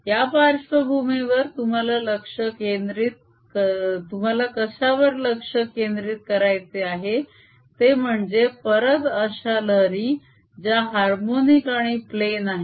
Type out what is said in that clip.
या पार्श्वभूमीवर तुम्हाला कशावर लक्ष केंद्रित करायचे आहे ते म्हणजे परत अशा लहरी ज्या हार्मोनिक आणि प्लेन आहेत